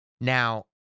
Now